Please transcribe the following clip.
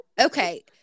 Okay